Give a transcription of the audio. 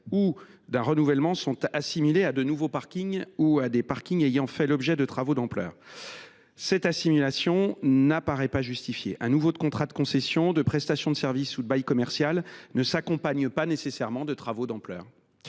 ou d’un renouvellement sont assimilés à de nouveaux parkings ou à des parkings ayant fait l’objet de travaux d’ampleur. Cette assimilation ne paraît pas justifiée. Un nouveau contrat de concession, de prestation de services ou de bail commercial ne s’accompagne pas nécessairement de travaux d’ampleur.